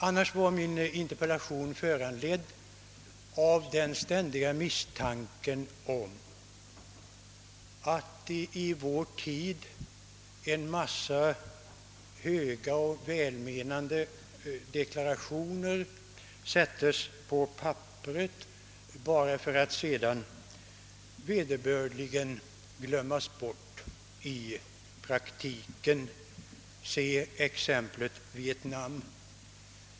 Annars var min interpellation föranledd av den ständiga misstanken att en mängd höga och välmenande deklarationer i vår tid sättes på papper bara för att sedan vederbörligen glömmas i praktiken. Se bara på exemplet Viet nam!